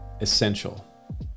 essential